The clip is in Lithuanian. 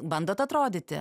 bandot atrodyti